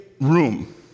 room